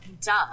Duh